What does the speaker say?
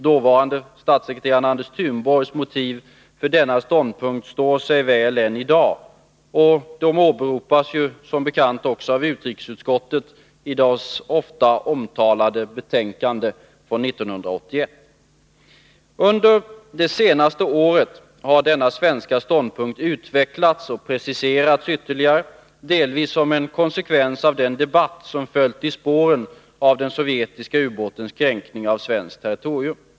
Dåvarande statssekreteraren Anders Thunborgs motiv för denna ståndpunkt står sig väl än i dag, och de åberopas ju som bekant också av utrikesutskottet i dess ofta omtalade betänkande från 1981. Under det senaste året har denna svenska ståndpunkt utvecklats och preciserats ytterligare, delvis som en konsekvens av den debatt som följde i spåren av den sovjetiska ubåtens kränkning av svenskt territorium.